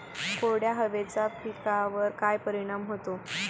कोरड्या हवेचा पिकावर काय परिणाम होतो?